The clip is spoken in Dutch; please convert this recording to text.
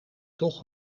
toch